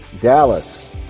Dallas